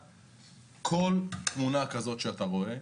כל תמונה כזו שאתה רואה,